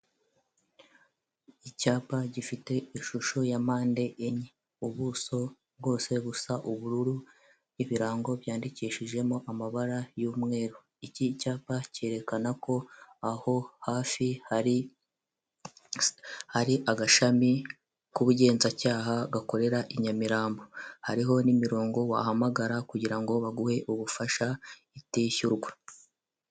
Icyapa gifite ishusho ya mpande enye, ubuso bwose busa ubururu ibirango byandikishijemo amabara y'umweru iki cyapa cyerekana ko aho hafi hari hari agashami k'ubugenzacyaha gakorera i nyamirambo hariho n'imirongo wahamagara kugirango baguhe ubufasha itishyurwa.